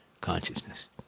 consciousness